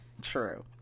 True